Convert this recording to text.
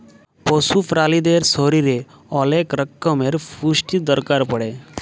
পশু প্রালিদের শরীরের ওলেক রক্যমের পুষ্টির দরকার পড়ে